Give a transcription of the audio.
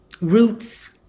roots